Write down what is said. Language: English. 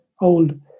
old